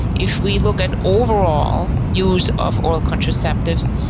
if we look at overall use of oral contraceptives,